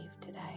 today